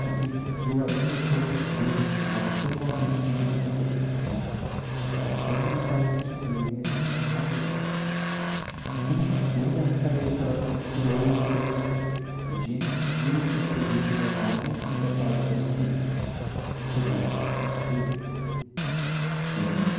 infundiu aí no corpo vil do escravo tão nobre espírito de dedicação delatou me para restituir-me a estima da família aquilo que ninguém lhe arrancaria do coração tirou-o ele mesmo no dia em que viu em perigo o meu nome e a paz de meu espírito infelizmente mentiu melchior